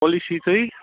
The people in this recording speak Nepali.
पोलिसी चाहिँ